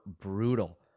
brutal